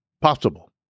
possible